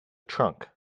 trunk